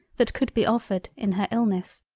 that could be offered, in her illness.